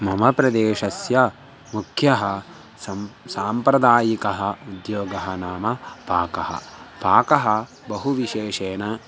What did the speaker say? मम प्रदेशस्य मुख्यः सं साम्प्रदायिकः उद्योगः नाम पाकः पाकः बहुविशेषेण